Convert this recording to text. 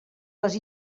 les